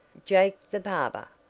jake, the barber.